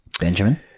Benjamin